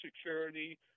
security